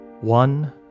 one